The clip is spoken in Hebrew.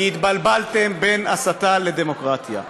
כי התבלבלתם בין הסתה לדמוקרטיה.